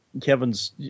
Kevin's